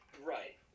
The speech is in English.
Right